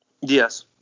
Yes